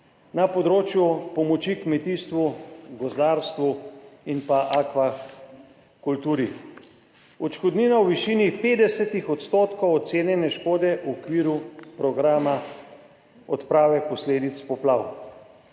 Na področju pomoči kmetijstvu, gozdarstvu in pa akvakulturi odškodnina v višini 50 % ocenjene škode v okviru Programa odprave posledic poplav,